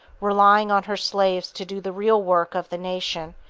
relying on her slaves to do the real work of the nation,